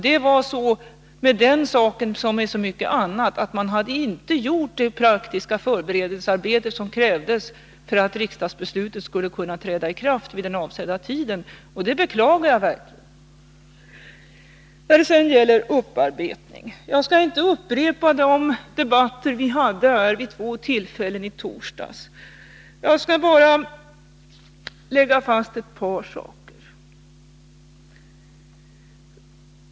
Det var med den saken som med så mycket annat, att den förra regeringen inte hade gjort det praktiska förberedelsearbete som krävdes för att riksdagsbeslutet skulle kunna träda i kraft vid den avsedda tiden, och det beklagar jag verkligen. När det sedan gäller upparbetningen skall jag inte upprepa de debatter vi hade här vid två tillfällen i torsdags. Jag skall bara fastslå ett par saker.